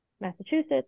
Massachusetts